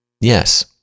Yes